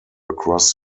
across